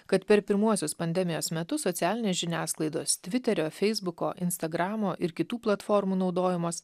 kad per pirmuosius pandemijos metu socialinės žiniasklaidos tviterio feisbuko instagramo ir kitų platformų naudojimas